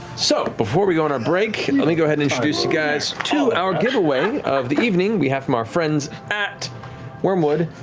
so before we go on our break, let me go ahead and introduce you guys to our giveaway of the evening, we have from our friends at wyrmwood,